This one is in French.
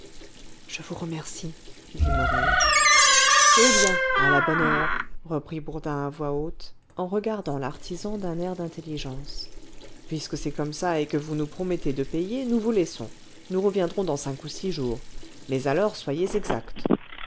je vous remercie dit morel eh bien à la bonne heure reprit bourdin à voix haute en regardant l'artisan d'un air d'intelligence puisque c'est comme ça et que vous nous promettez de payer nous vous laissons nous reviendrons dans cinq ou six jours mais alors soyez exact